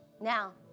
Now